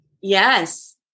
Yes